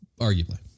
Arguably